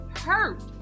hurt